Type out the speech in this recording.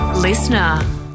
Listener